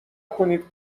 کنید